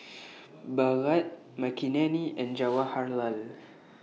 Bhagat Makineni and Jawaharlal